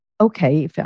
okay